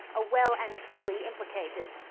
ah well and truly implicated.